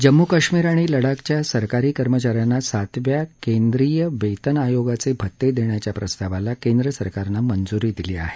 जम्मू कश्मीर आणि लडाखच्या सरकारी कर्मचाऱ्यांना सातव्या केंद्रीय वेतन आयोगाचे भत्ते देण्याच्या प्रस्तावाला केंद्र सरकारनं मंजुरी दिली आहे